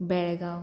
Belgaum